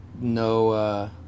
no